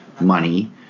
money